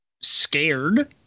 scared